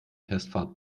testfahrt